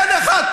אין אחד.